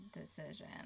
Decision